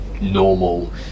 normal